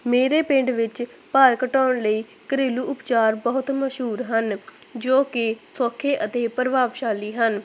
ਮੇਰੇ ਪਿੰਡ ਵਿੱਚ ਭਾਰ ਘਟਾਉਣ ਲਈ ਘਰੇਲੂ ਉਪਚਾਰ ਬਹੁਤ ਮਸ਼ਹੂਰ ਹਨ ਜੋ ਕਿ ਸੌਖੇ ਅਤੇ ਪ੍ਰਭਾਵਸ਼ਾਲੀ ਹਨ